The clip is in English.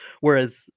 whereas